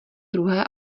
druhé